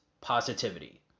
Positivity